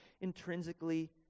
intrinsically